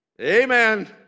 Amen